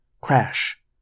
Crash